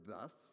thus